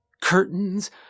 Curtains